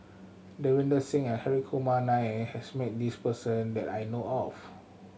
Davinder Singh and Hri Kumar Nair has met this person that I know of